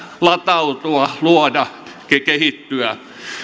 latautua luoda ja kehittyä